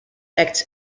acts